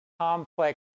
complex